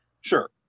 sure